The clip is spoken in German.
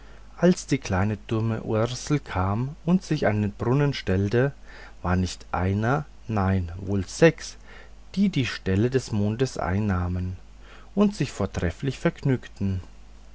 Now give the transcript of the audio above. als die kleine dumme ursel kam und sich an den brunnen stellte war nicht einer nein wohl sechs die die stelle des mondes einnahmen und sich vortrefflich vergnügten